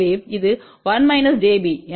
எனவே இது 1 j b